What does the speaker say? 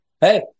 hey